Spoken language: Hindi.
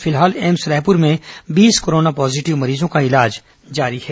फिलहाल एम्स रायपुर में बीस कोरोना पॉजीटिव मरीजों का इलाज जारी है